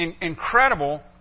Incredible